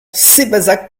sébazac